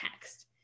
text